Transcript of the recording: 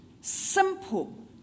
simple